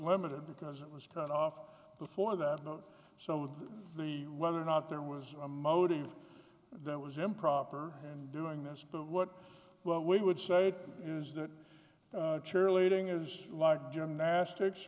limited because it was cut off before that so with the whether or not there was a motive that was improper and doing this but what we would say is that cheerleading is like gymnastics